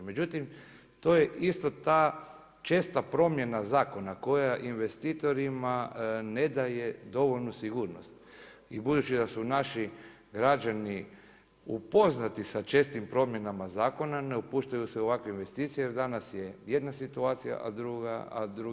Međutim to je isto ta česta promjena zakona koja investitorima ne daje dovoljnu sigurnost i budući da su naši građani upoznati sa čestim promjenama zakona ne upuštaju se u ovakve investicije jer danas je jedna situacija, a drugi dan je već druga.